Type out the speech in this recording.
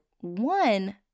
one